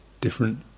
different